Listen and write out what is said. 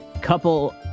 couple